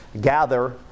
gather